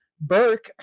burke